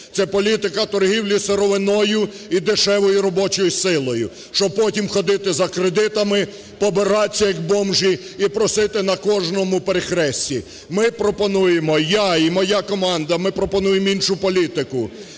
це політика торгівлі сировиною і дешевою робочою силою, щоб потім ходити за кредитами, побиратись, як бомжі, і просити на кожному перехресті. Ми пропонуємо, я і моя команда, ми пропонуємо іншу політику